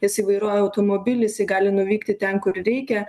jisai vairuoja automobilį jisai gali nuvykti ten kur reikia